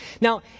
Now